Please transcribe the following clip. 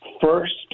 First